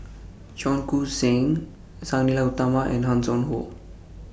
Cheong Koon Seng Sang Nila Utama and Hanson Ho